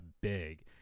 big